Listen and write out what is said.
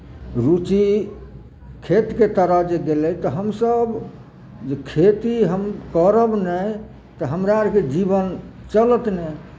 रुचि खेतके तरफ जे गेलै तऽ हमसभ जे खेती हम करब नहि तऽ हमरा अरके जीवन चलत नहि